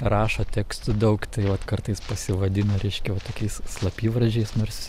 rašo tekstų daug tai vat kartais pasivadina reiškia va tokiais slapyvardžiais nors